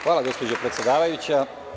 Hvala gospođo predsedavajuća.